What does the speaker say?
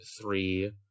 three